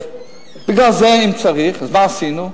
בגלל זה, אם צריך, אז מה עשינו?